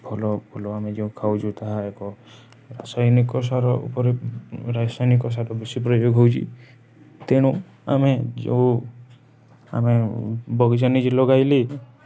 ଭଲ ଫୁଲ ଆମେ ଯେଉଁ ଖାଉଛୁ ତାହା ଏକ ରାସାୟନିକ ସାର ଉପରେ ରାସାୟନିକ ସାର ବେଶୀ ପ୍ରୟୋଗ ହେଉଛି ତେଣୁ ଆମେ ଯୋଉ ଆମେ ବଗିଚା ନିଜେ ଲଗାଇଲେ